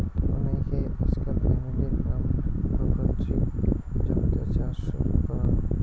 অনেইকে আজকাল family farm, বা পৈতৃক জমিতে চাষ শুরু করাং